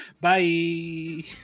bye